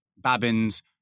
Babbins